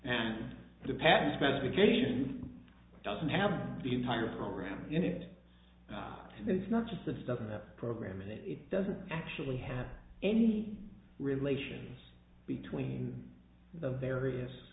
and the patent specification doesn't have the entire program in it it's not just the stuff in the program is it it doesn't actually have any relations between the various